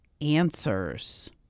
answers